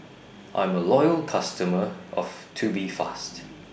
I'm A Loyal customer of Tubifast